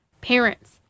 parents